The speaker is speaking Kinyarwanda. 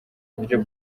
buryo